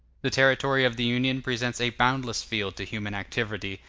the territory of the union presents a boundless field to human activity,